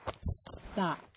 stop